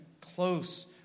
close